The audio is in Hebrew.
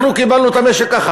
אנחנו קיבלנו את המשק ככה,